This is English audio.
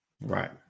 Right